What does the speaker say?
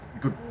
good